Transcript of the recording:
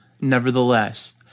Nevertheless